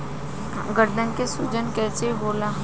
गर्दन के सूजन कईसे होला?